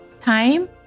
time